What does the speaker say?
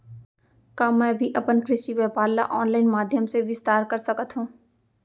का मैं भी अपन कृषि व्यापार ल ऑनलाइन माधयम से विस्तार कर सकत हो?